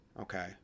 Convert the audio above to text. Okay